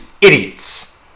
idiots